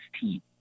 team